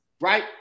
right